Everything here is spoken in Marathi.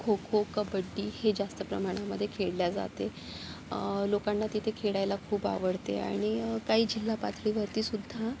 खो खो कबड्डी हे जास्त प्रमाणामध्ये खेळले जाते लोकांना तिथे खेळायला खूप आवडते आणि काही जिल्हा पातळीवरतीसुद्धा